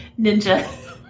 ninja